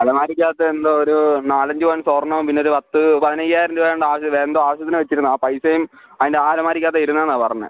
അലമാരിക്ക് അകത്ത് എന്തോ ഒരു നാലഞ്ച് പവൻ സ്വർണ്ണവും പിന്നെ ഒരു പത്ത് പതിനയ്യായിരം രൂപ ഉണ്ട് ആവശ്യം എന്തോ ആവശ്യത്തിന് വച്ചിരുന്ന ആ പൈസയും അതിൻ്റെ ആ അലമാരിക്കകത്ത് ഇരുന്നതെന്നാണ് പറഞ്ഞത്